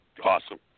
Awesome